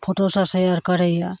फोटोसब share करैए